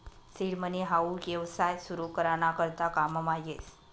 seed money हाऊ येवसाय सुरु करा ना करता काममा येस